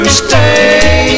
stay